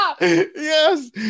yes